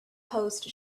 post